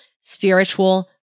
spiritual